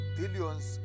billions